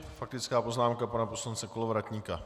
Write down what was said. Faktická poznámka pana poslance Kolovratníka.